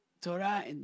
Torah